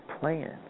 plan